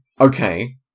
okay